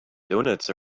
doughnuts